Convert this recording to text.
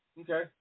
Okay